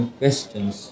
questions